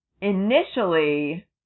initially